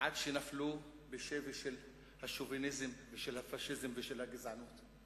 עד שנפלו בשבי של השוביניזם ושל הפאשיזם ושל הגזענות.